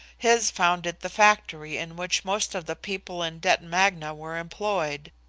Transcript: his founded the factory in which most of the people in detton magna were employed.